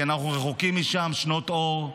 כי אנחנו רחוקים משם שנות אור.